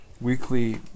weekly